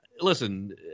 listen